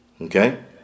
okay